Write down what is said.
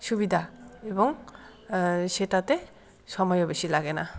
সুবিধা এবং সেটাতে সময়ও বেশি লাগে না